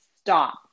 stop